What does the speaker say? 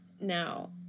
Now